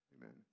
Amen